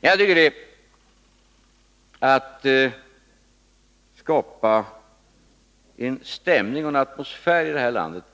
Jag tycker att man får ta ett stort ansvar när man skapar en sådan stämning och atmosfär i det här landet